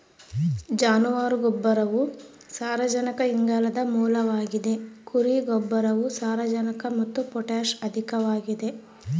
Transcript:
ಜಾನುವಾರು ಗೊಬ್ಬರವು ಸಾರಜನಕ ಇಂಗಾಲದ ಮೂಲವಾಗಿದ ಕುರಿ ಗೊಬ್ಬರವು ಸಾರಜನಕ ಮತ್ತು ಪೊಟ್ಯಾಷ್ ಅಧಿಕವಾಗದ